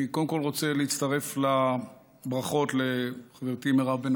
אני קודם כול רוצה להצטרף לברכות לחברתי מירב בן